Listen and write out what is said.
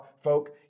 folk